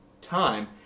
time